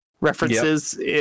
references